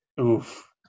Oof